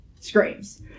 screams